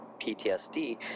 PTSD